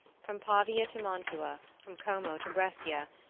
from pavia to mantua, from como to brescia,